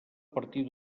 partir